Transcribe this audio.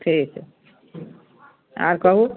ठीक हय आर कहुँ